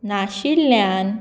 नाशिल्ल्यान